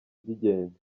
by’ingenzi